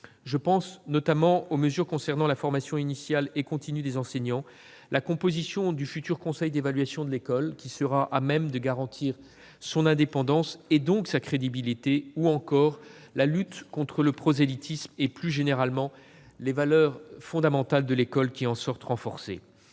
Je pense notamment aux mesures concernant la formation initiale et continue des enseignants, à la composition du futur conseil d'évaluation de l'école, qui sera à même de garantir son indépendance et donc sa crédibilité, ou encore à la lutte contre le prosélytisme et, plus généralement, à la défense des valeurs fondamentales de l'école, qui se trouvent renforcées.